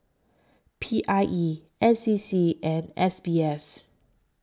P I E N C C and S B S